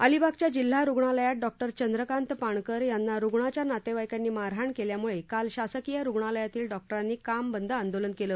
अलिबागच्या जिल्हा रूग्णालयात डॉक्टर चंद्रकांत पाणकर यांना रूग्णाच्या नातेवाईकांनी मारहाण केल्यामुळे काल शासकीय रूग्णालयातील डॉक्टरांनी काम बंद आंदोलन केलं